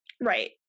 Right